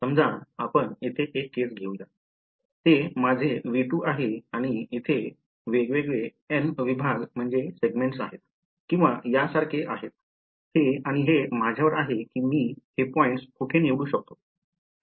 समजा आपण येथे एक केस घेऊ या ते माझे V2 आहे आणि येथे वेगवेगळे n विभाग आहेत किंवा यासारखे आहेत आणि हे आणि हे माझ्यावर आहे कि मी हे पॉईंट्स कुठे निवडू शकतो